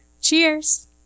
Cheers